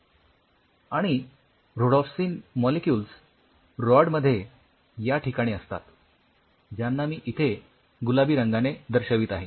आणि rhodopsin molecules rod मध्ये या ठिकाणी असतात ज्यांना मी इथे गुलाबी रंगाने दर्शवित आहे